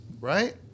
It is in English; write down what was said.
Right